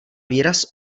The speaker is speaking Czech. výraz